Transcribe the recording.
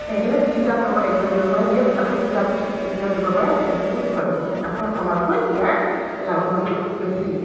সেইকাৰণে তিনিটা ফাৰ্মাৰ এদিনত দিব পাৰে নেক্সট আকৌ তিনিটা পোষ্ট এদিনত দিব পাৰে তেনেকৈ কুইক হয় মানে কাঠৰ ফাৰ্মাতকৈ ইয়াৰ লাভৱানটো বেছি